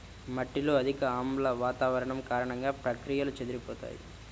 మట్టిలో అధిక ఆమ్ల వాతావరణం కారణంగా, ప్రక్రియలు చెదిరిపోతాయి